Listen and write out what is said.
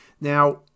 now